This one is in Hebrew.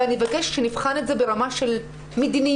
ואני מבקשת שנבחן את זה ברמה של מדיניות,